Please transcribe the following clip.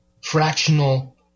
fractional